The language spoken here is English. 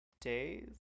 days